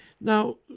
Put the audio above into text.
Now